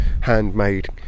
handmade